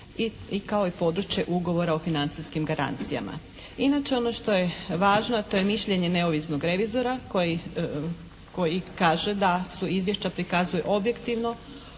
i kao i područje ugovora o financijskim garancijama. Inače ono što je važno, to je mišljenje neovisnog revizora koji kaže da su izvješća prikazuju objektivno